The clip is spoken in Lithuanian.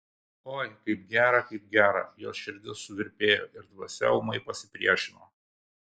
oi kaip gera kaip gera jos širdis suvirpėjo ir dvasia ūmai pasipriešino